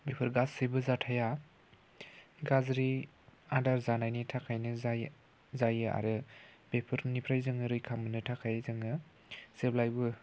बेफोर गासैबो जाथाया गाज्रि आदार जानायनि थाखायनो जायो आरो बेफोरनिफ्राय जोङो रैखा मोननो थाखाय जोङो जेब्लायबो